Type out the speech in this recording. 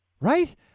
right